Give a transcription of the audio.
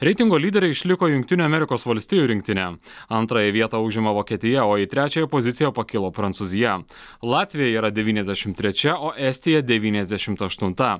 reitingo lydere išliko jungtinių amerikos valstijų rinktinė antrąją vietą užima vokietija o į trečiąją poziciją pakilo prancūzija latvija yra devyniasdešimt trečia o estija devyniasdešimt aštunta